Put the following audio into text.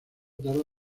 tarda